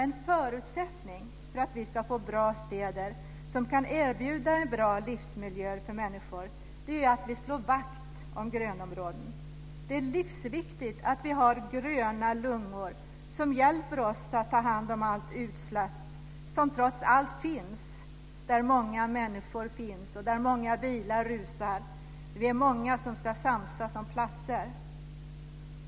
En förutsättning för att vi ska få bra städer, som kan erbjuda bra livsmiljöer för människor, är att vi slår vakt om grönområdena. Det är livsviktigt att vi har gröna lungor som hjälper oss att ta hand om alla utsläpp som trots allt finns, där många människor bor och många bilar rusar fram. Vi är många som ska samsas om plats.